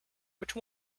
which